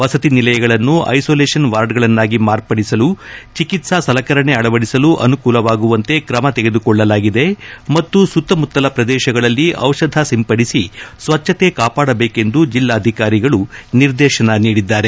ವಸತಿ ನಿಲಯಗಳನ್ನು ಐಸೋಲೇಷನ್ ವಾರ್ಡ್ಗಳನ್ನಾಗಿ ಮಾರ್ಪಡಿಸಲು ಚಿಕಿತ್ಸಾ ಸಲಕರಣೆ ಅಳವಡಿಸಲು ಅನುಕೂಲವಾಗುವಂತೆ ಕ್ರಮ ತೆಗೆದುಕೊಳ್ಳಲಾಗಿದೆ ಮತ್ತು ಸುತ್ತಮುತ್ತಲ ಪ್ರದೇಶಗಳಲ್ಲಿ ಪ್ರದೇಶಗಳಲ್ಲಿ ಪ್ರದೇಶಗಳಲ್ಲಿ ಸ್ವಚ್ಛತೆ ಸಾಪಾಡಬೇಕೆಂದು ಜಿಲ್ಲಾಧಿಕಾರಿಗಳು ನಿರ್ದೇಶನ ನೀಡಿದ್ದಾರೆ